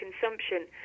consumption